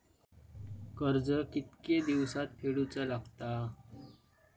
कर्ज कितके दिवसात फेडूचा लागता?